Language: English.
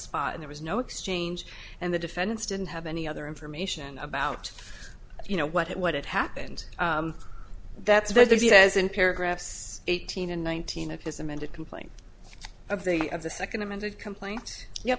spot and there was no exchange and the defendants didn't have any other information about you know what what had happened that's very there's he says in paragraphs eighteen and nineteen of his amended complaint of the day of the second amended complaint y